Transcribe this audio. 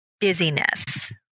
busyness